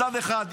מצד אחד,